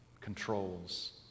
controls